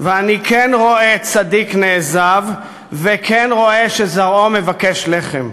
ואני כן רואה צדיק נעזב, וכן רואה שזרעו מבקש לחם.